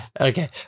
okay